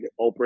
Oprah